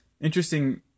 Interesting